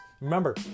Remember